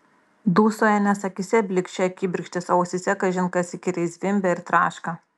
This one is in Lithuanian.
dūsauja nes akyse blykčioja kibirkštys o ausyse kažin kas įkyriai zvimbia ir traška